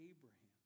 Abraham